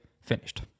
finished